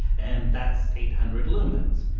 and that's eight hundred lumens.